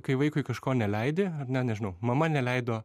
kai vaikui kažko neleidi na nežinau mama neleido